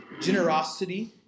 generosity